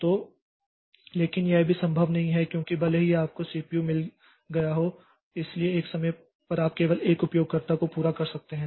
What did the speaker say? तो लेकिन यह भी संभव नहीं है क्योंकि भले ही आपको कई सीपीयू मिल गए हों इसलिए एक समय में आप केवल कई उपयोगकर्ताओं को पूरा कर सकते हैं